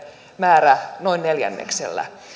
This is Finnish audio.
määrä noin neljänneksellä